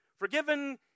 Forgiven